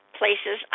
places